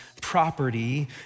property